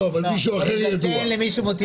לא, אבל מישהו אחר ידוע כאוהב שוקולד.